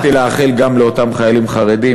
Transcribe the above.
באתי לאחל גם לאותם חיילים חרדים,